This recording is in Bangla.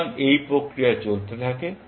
সুতরাং এই প্রক্রিয়া চলতে থাকে